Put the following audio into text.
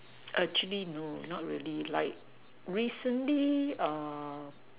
actually no not really like recently